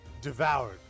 devoured